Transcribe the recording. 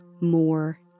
more